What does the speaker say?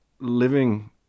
living